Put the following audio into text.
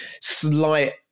slight